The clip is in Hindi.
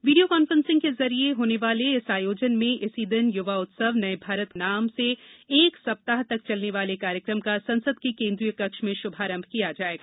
वीडियो कॉन्फ्रेंसिंग के जरिए होने वाले इस आयोजन में इसी दिन युवा उत्सव नये भारत का नाम के एक सप्ताह तक चलने वाले कार्यकम का संसद के केन्द्रीय कक्ष में शुभारंभ किया जायेगा